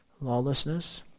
Lawlessness